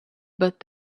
but